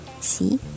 See